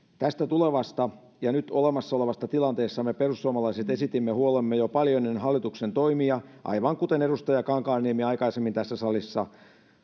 tästä tulevasta ja nyt olemassa olevasta tilanteesta me perussuomalaiset esitimme huolemme jo paljon ennen hallituksen toimia aivan kuten edustaja kankaanniemi aikaisemmin tässä salissa